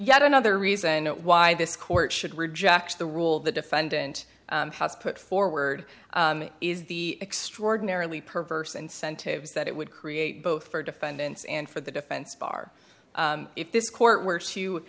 yet another reason why this court should reject the rule the defendant has put forward is the extraordinarily perverse incentives that it would create both for defendants and for the defense bar if this court were to